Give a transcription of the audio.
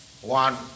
One